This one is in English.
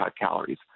calories